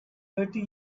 thirty